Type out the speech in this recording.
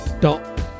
Dot